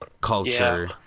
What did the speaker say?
culture